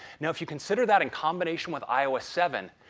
now, if you consider that in combination with ios seven,